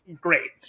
great